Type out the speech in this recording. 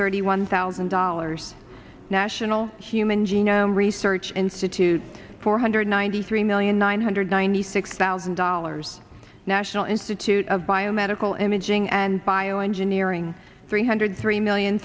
thirty one thousand dollars national human genome research institute four hundred ninety three million nine hundred ninety six thousand dollars national institute of biomedical imaging and bioengineering three hundred three million